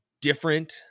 different